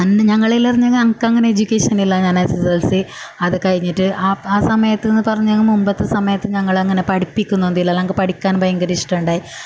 പിന്നെ ഞങ്ങളേൽ എന്ന് പറഞ്ഞാൽ ഞങ്ങൾക്ക് അങ്ങനെ എഡ്യുകേഷൻ ഇല്ല ഞാൻ എസ് എസ് എൽ സി അത് കഴിഞ്ഞിട്ട് ആ ആ സമയത്തെന്ന് പറഞ്ഞാൽ മുൻപത്തെ സമയത്ത് ഞങ്ങളെ അങ്ങനെ പഠിപ്പിക്കുകയൊന്നുമില്ലല്ലോ ഞങ്ങൾക്ക് പഠിക്കാൻ ഭയങ്കര ഇഷ്ടമുണ്ടായി